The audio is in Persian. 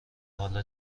حالا